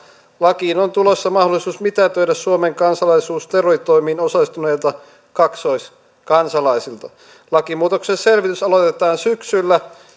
lakiin on tulossa mahdollisuus mitätöidä suomen kansalaisuus terroritoimiin osallistuneilta kaksoiskansalaisilta lakimuutoksen selvitys aloitetaan syksyllä